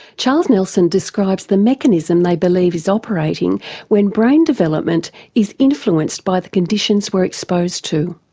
charles nelson describes the mechanism they believe is operating when brain development is influenced by the conditions we are exposed to.